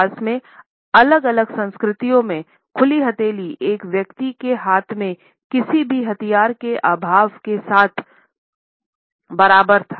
इतिहास में अलग अलग संस्कृतियों में खुली हथेली एक व्यक्ति के हाथ में किसी भी हथियार के अभाव के साथ बराबर था